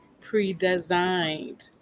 pre-designed